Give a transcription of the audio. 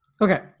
okay